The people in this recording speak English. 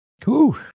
Cool